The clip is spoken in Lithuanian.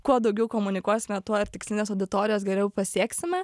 kuo daugiau komunikuosime tuo ir tikslinės auditorijos geriau pasieksime